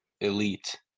elite